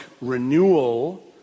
renewal